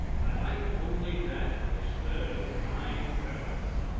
i like only that which serves my purpose.